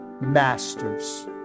masters